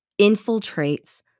infiltrates